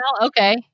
Okay